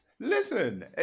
Listen